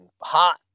hot